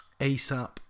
ASAP